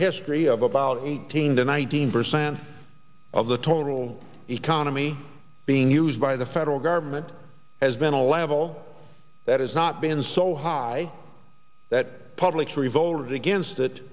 history of about eighteen to nineteen percent of the total economy being used by the federal government has been a level that has not been so high that public revolt against it